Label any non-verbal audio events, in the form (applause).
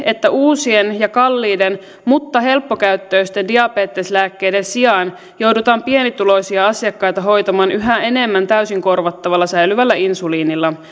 että uusien ja kalliiden mutta helppokäyttöisten diabeteslääkkeiden sijaan joudutaan pienituloisia asiakkaita hoitamaan yhä enemmän täysin korvattavana säilyvällä insuliinilla (unintelligible)